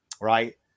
right